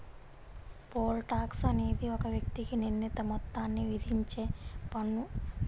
pole tax అనేది ఒక వ్యక్తికి నిర్ణీత మొత్తాన్ని విధించే పన్ను